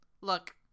look